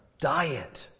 diet